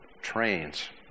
trains